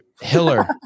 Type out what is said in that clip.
Hiller